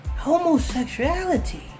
Homosexuality